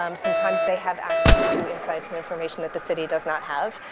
um sometimes they have access to insights and information that the city does not have.